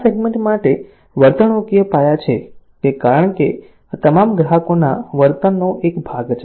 આ સેગ્મેન્ટ માટે વર્તણૂકીય પાયા છે કારણ કે આ તમામ ગ્રાહકોના વર્તનનો એક ભાગ છે